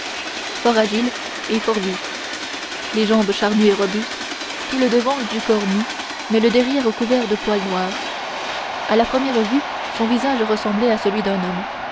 fort agile et fort vif les jambes charnues et robustes tout le devant du corps nu mais le derrière couvert de poils noirs à la première vue son visage ressemblait à celui d'un homme